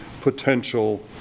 potential